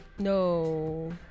no